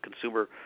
Consumer